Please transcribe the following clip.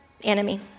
enemy